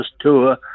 tour